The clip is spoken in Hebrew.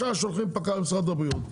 ישר שולחים פקח של משרד הבריאות.